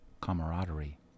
camaraderie